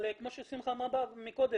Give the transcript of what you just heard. אבל כמו ששמחה אמרה מקודם,